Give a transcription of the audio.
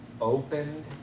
opened